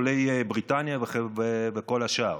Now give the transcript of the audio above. עולי בריטניה וכל השאר.